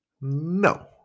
No